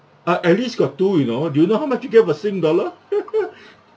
uh at least got two you know do you know how much you get about sing dollar